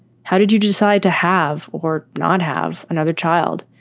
how did you decide to have or not have another child?